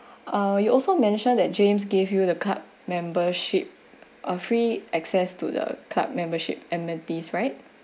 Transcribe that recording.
ah you also mentioned that james gave you the card membership a free access to the club membership m n t right